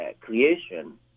creation